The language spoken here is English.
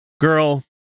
girl